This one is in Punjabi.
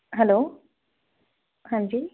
ਹੈਲੋ ਹਾਂਜੀ